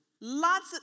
Lots